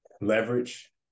Leverage